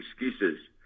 excuses